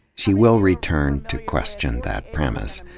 she will return to question that premise.